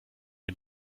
den